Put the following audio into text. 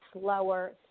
slower